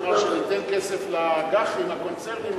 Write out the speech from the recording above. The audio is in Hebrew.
שאמר שניתן כסף לאג"חים הקונצרניים,